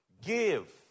give